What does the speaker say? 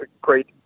great